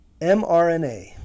mRNA